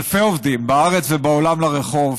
אלפי עובדים בארץ ובעולם, לרחוב.